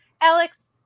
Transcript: Alex